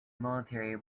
military